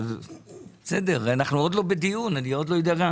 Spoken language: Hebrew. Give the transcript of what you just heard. אתם התנגדתם לזה, שזה איסור.